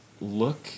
Look